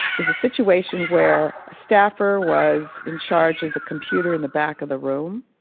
is a situation where a staffer was in charge of the computer in the back of the room.